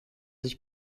sich